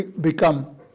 become